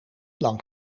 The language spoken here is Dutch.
lang